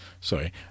Sorry